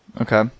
Okay